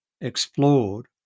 explored